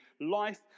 life